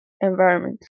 environment